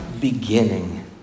beginning